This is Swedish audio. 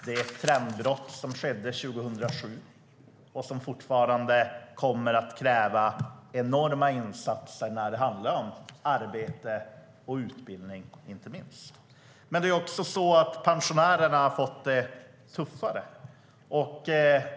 Det är ett trendbrott som skedde 2007, och det kommer att kräva enorma insatser i form av inte minst arbete och utbildning. Men också pensionärerna har fått det tuffare.